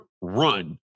run